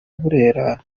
burera